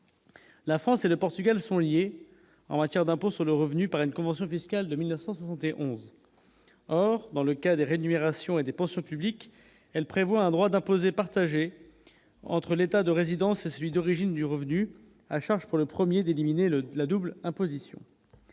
la France et le Portugal sont liés en matière d'impôt sur le revenu par une convention fiscale de 1971 or dans le cas des réduire Sion et des pensions publiques, elle prévoit un droit d'imposer, partagée entre l'État de résidence et celui d'origine du revenu, à charge pour le 1er d'éliminer le la double imposition,